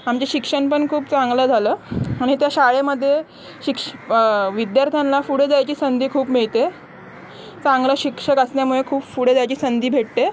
आमचे शिक्षण पण खूप चांगलं झालं आणि त्या शाळेमध्ये शिक्ष विद्यार्थ्यांला पुढे जायची संधी खूप मिळते चांगलं शिक्षक असल्यामुळे खूप पुढे जायची संधी भेटते